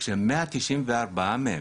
כש-194 מהם